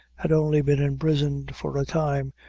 had only been imprisoned for a time,